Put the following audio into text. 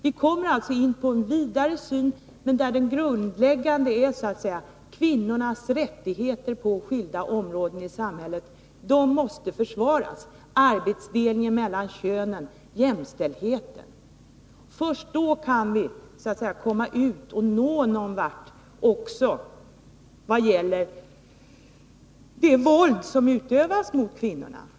Vi kommer alltså in på en vidare syn där det grundläggande är = 25 april 1983 kvinnornas rättigheter på skilda områden i samhället — rättigheter som måste försvaras. Det gäller arbetsdelningen mellan könen och jämställdheten. Först då kan vi nå någonvart också vad det gäller det våld som utövas mot kvinnorna.